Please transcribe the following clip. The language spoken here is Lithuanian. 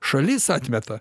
šalis atmeta